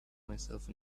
myself